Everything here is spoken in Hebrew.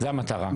זו המטרה.